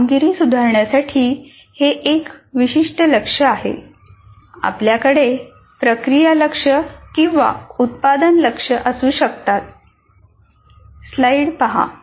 कामगिरी सुधारण्यासाठी हे एक विशिष्ट लक्ष्य आहे आपल्याकडे प्रक्रिया लक्ष्य किंवा उत्पादन लक्ष्य असू शकतात